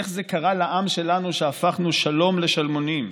איך זה קרה לעם שלנו, שהפכנו שלום לשלמונים?